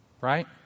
right